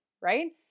right